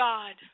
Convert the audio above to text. God